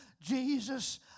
Jesus